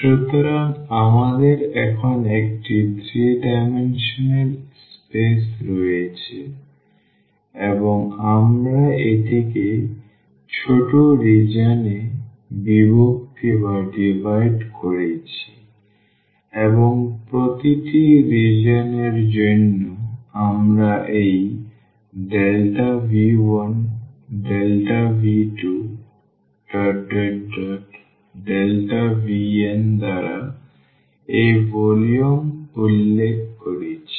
সুতরাং আমাদের এখন একটি 3 ডাইমেনশনাল স্পেস রয়েছে এবং আমরা এটিকে ছোট রিজিওন এ বিভক্ত করেছি এবং প্রতিটি রিজিওন এর জন্য আমরা এই V1δV2δVn দ্বারা এর ভলিউম উল্লেখ করছি